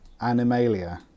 Animalia